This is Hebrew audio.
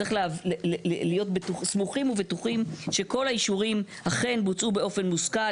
צריך להיות סמוכים ובטוחים שכל האישורים אכן בוצעו באופן מושכל,